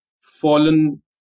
fallen